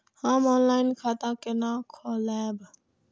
हम ऑनलाइन खाता केना खोलैब?